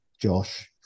Josh